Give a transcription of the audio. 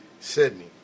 Sydney